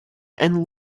and